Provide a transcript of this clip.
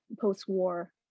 post-war